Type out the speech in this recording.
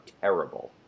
terrible